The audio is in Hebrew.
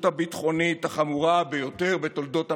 הביטחונית החמורה ביותר בתולדות המדינה.